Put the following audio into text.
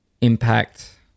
impact